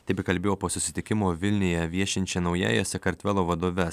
taip ji kalbėjo po susitikimo vilniuje viešinčia naująja sakartvelo vadove